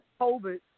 COVID